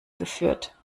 geführt